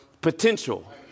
potential